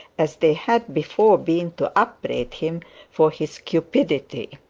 as they had before been to upbraid him for his cupidity.